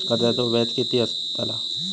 कर्जाचो व्याज कीती असताला?